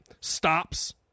stops